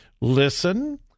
Listen